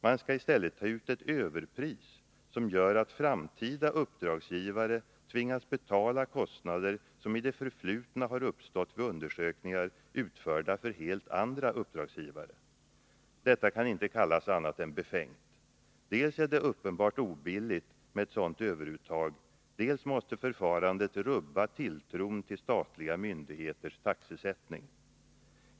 Man skall i stället ta ut ett överpris som gör att framtida uppdragsgivare tvingas betala kostnader som i det förflutna har uppstått vid undersökningar, utförda för helt andra uppdragsgivare. Detta kan inte kallas annat än befängt. Dels är det uppenbart obilligt med ett sådant överuttag, dels måste förfarandet rubba tilltron till statliga myndigheters taxesättning.